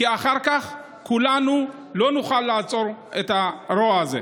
כי אחר כך כולנו לא נוכל לעצור את הרוע הזה.